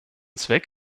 zweck